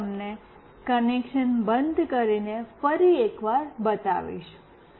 હવે હું તમને કનેક્શન બંધ કરીને ફરી એકવાર બતાવીશ